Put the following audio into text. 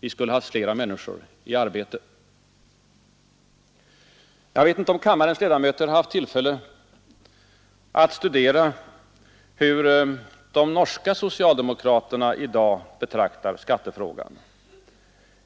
Vi skulle ha haft flera människor i arbete. Jag vet inte om kammarens ledamöter haft tillfälle att studera hur de norska socialdemokraterna i dag betraktar skattefrågan.